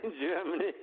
Germany